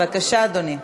בבקשה, אדוני.